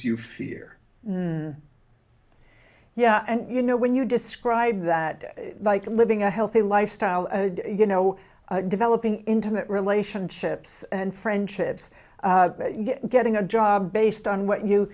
you fear yeah and you know when you describe that like living a healthy lifestyle you know developing intimate relationships and friendships getting a job based on what you